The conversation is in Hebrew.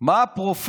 בעצם מה הפרופיל